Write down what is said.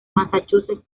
massachusetts